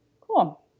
Cool